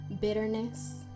bitterness